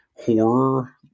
horror